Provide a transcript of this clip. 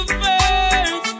first